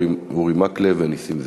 אורי מקלב ונסים זאב.